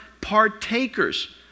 partakers